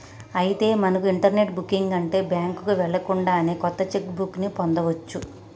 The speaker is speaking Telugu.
అయితే మనకు ఇంటర్నెట్ బుకింగ్ ఉంటే బ్యాంకుకు వెళ్ళకుండానే కొత్త చెక్ బుక్ ని పొందవచ్చు